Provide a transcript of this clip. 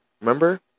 Remember